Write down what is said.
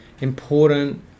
important